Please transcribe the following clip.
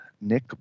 Nick